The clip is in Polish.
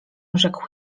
rzekł